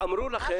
אמרו לכם,